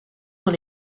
dans